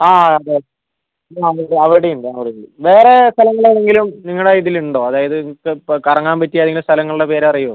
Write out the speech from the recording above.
ആ അതെ അവിടെയുണ്ട് അവിടെയുണ്ട് വേറെ സ്ഥലങ്ങളേതെങ്കിലും നിങ്ങളുടെ ഇതിലുണ്ടോ അതായത് നിങ്ങൾക്കിപ്പോൾ കറങ്ങാൻ പറ്റിയ ഏതെങ്കിലും സ്ഥലങ്ങളുടെ പേരറിയുമോ